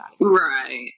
right